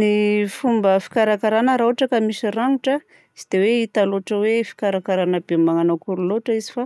Ny fomba fikarakarana raha ohatra ka misy rangotra tsy dia hita hoe fikarakarana dia manakory loatra izy fa